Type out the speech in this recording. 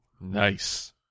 Nice